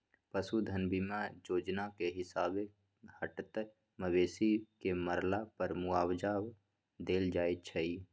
पशु धन बीमा जोजना के हिसाबे हटात मवेशी के मरला पर मुआवजा देल जाइ छइ